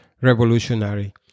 revolutionary